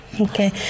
Okay